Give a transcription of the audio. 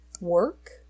work